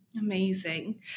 Amazing